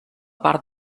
part